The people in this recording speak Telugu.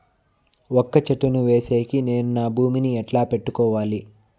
వక్క చెట్టును వేసేకి నేను నా భూమి ని ఎట్లా పెట్టుకోవాలి?